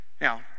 Now